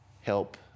help